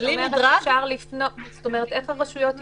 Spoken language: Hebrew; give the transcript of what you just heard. זאת אומרת, איך הרשויות יידעו?